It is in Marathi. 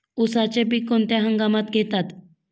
उसाचे पीक कोणत्या हंगामात घेतात?